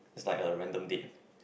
it's like a random date